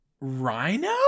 rhino